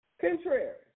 Contrary